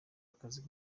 akazi